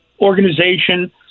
organization